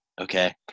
okay